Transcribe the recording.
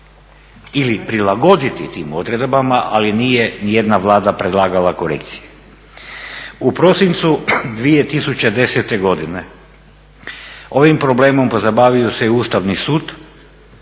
ili prilagoditi tim odredbama ali nije niti jedna Vlada predlagala korekcije. U prosincu 2010. godine ovim problemom pozabavio se i Ustavni sud,